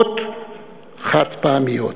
נסיקות חד-פעמיות.